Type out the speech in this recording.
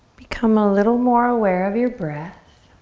become a little more aware of your breath.